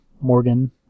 Morgan